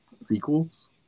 sequels